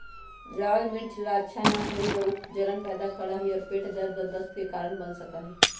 लाल मिर्च सब ला अच्छा न होबा हई ऊ जलन पैदा करा हई और पेट दर्द और दस्त के कारण बन सका हई